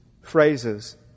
phrases